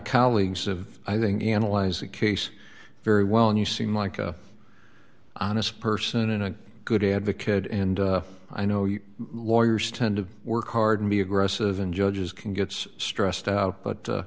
colleagues of i think analyze a case very well and you seem like a honest person and a good advocate and i know you lawyers tend to work hard and be aggressive and judges can gets stressed out but